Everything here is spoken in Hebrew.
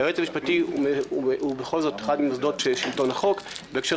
היועץ המשפטי הוא אחד ממוסדות שלטון החוק ובהקשר